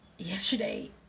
Yesterday